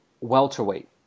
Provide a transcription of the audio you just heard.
welterweight